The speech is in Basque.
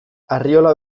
arriola